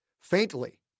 faintly